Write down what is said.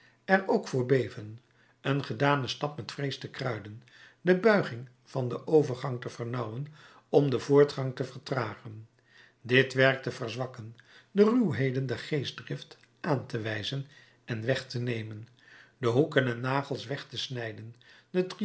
er ook voor beven een gedanen stap met vrees te kruiden de buiging van den overgang te vernauwen om den vooruitgang te vertragen dit werk te verzwakken de ruwheden der geestdrift aan te wijzen en weg te nemen de hoeken en nagels weg te snijden